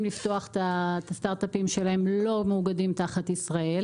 לפתוח את הסטארטאפים לא מאוגדים תחת ישראל.